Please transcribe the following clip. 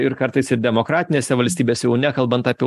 ir kartais ir demokratinėse valstybėse jau nekalbant apie